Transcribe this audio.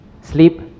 Sleep